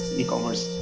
e-commerce